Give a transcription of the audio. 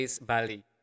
Bali